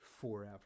forever